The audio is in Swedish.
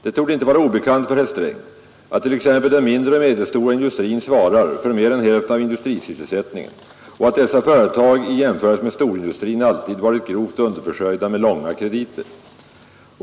Det torde inte vara obekant för herr Sträng att t.ex. den mindre och medelstora industrin svarar för mer än hälften av industrisysselsättningen och att dessa företag i jämförelse med storindustrin alltid varit grovt underförsörjda med långa krediter.